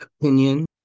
opinion